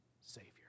Savior